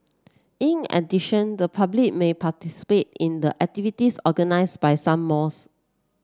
in addition the public may participate in the activities organise by some malls